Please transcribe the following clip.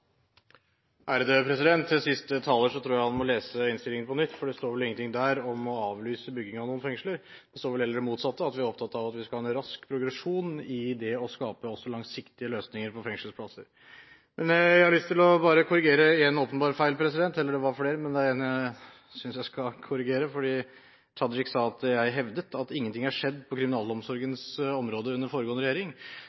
Til siste taler vil jeg si at jeg tror han må lese innstillingen på nytt, for det står vel ingenting der om å avlyse bygging av noen fengsler. Det står vel heller det motsatte; at vi er opptatt av at vi skal ha en rask progresjon for å skape også langsiktige løsninger for fengselsplasser. Jeg har lyst til å korrigere en åpenbar feil – det var flere, men det er én jeg synes jeg bør korrigere. Representanten Tajik sa at jeg hevdet at ingenting er skjedd på